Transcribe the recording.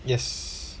yes